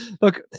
look